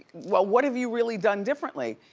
well what have you really done differently?